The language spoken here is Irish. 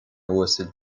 uasail